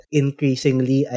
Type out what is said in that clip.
increasingly